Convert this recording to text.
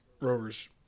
Rover's